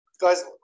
Guys